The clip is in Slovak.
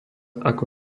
ako